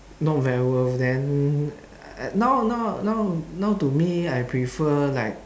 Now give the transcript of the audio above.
not very worth then now now now now to me I prefer like